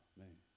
man